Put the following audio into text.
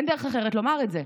אין דרך אחרת לומר את זה.